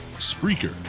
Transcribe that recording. Spreaker